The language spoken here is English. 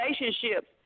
relationships